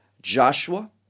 joshua